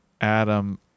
Adam